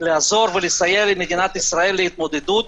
לעזור ולסייע למדינת ישראל בהתמודדות,